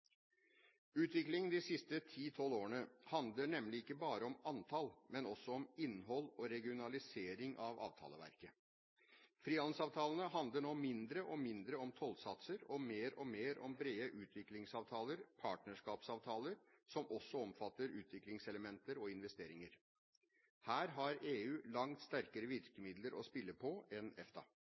de siste ti–tolv årene handler nemlig ikke bare om antall, men også om innhold og regionalisering av avtaleverkene. Frihandelsavtalene handler nå mindre og mindre om tollsatser og mer og mer om brede utviklingsavtaler, partnerskapsavtaler, som også omfatter utviklingselementer og investeringer. Her har EU langt sterkere virkemidler å spille på enn EFTA.